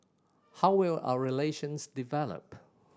how will our relations develop